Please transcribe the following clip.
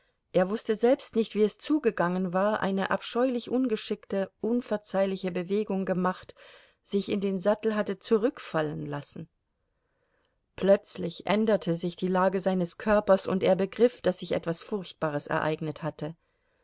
er wußte selbst nicht wie es zugegangen war eine abscheulich ungeschickte unverzeihliche bewegung gemacht sich in den sattel hatte zurückfallen lassen plötzlich änderte sich die lage seines körpers und er begriff daß sich etwas furchtbares ereignet hatte